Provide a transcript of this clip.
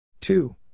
two